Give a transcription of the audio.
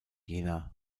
jena